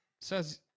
says